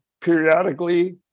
periodically